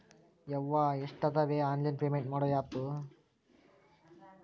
ಯವ್ವಾ ಎಷ್ಟಾದವೇ online payment ಮಾಡೋ ಆಪ್